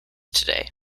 today